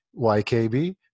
YKB